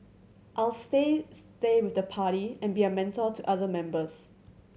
I'll stay stay with the party and be a mentor to other members